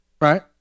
Right